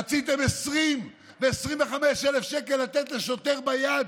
רציתם 20,000 שקל ו-25,000 שקל לתת לשוטר ביד,